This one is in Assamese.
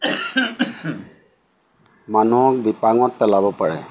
মানুহক বিপাঙত পেলাব পাৰে